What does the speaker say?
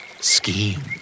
Scheme